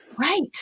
right